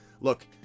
look